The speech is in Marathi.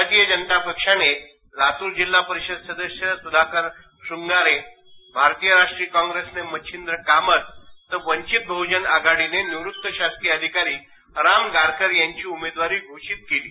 भारतीय जनता पक्षाने जिल्हा परिषद सदस्य सुधाकर श्रंगारे भारतीय राष्ट्रीय कॉप्रेसने मच्छींद्र कामत तर वंजित बहुजन आघाडीने निवृत्त शासकीय अधिकारी राम गारकर यांची उमेदवारी घोषीत केली आहे